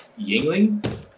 Yingling